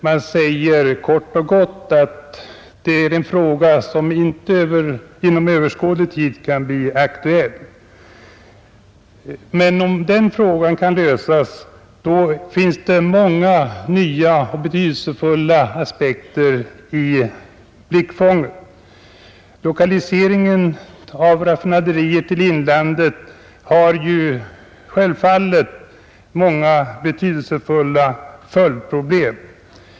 Man säger kort och gott att det är en fråga som inte inom överskådlig tid kan bli aktuell. Men om den frågan kan lösas finns det många nya och betydelsefulla aspekter i blickfånget. Lokaliseringen av raffinaderier till inlandet har många viktiga följdverkningar.